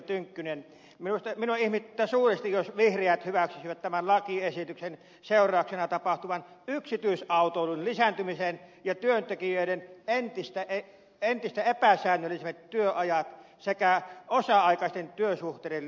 tynkkynen minua ihmetyttää suuresti jos vihreät hyväksyisivät tämän lakiesityksen seurauksena tapahtuvan yksityisautoilun lisääntymisen ja työntekijöiden entistä epäsäännöllisemmät työajat sekä osa aikaisten työsuhteiden lisääntymisen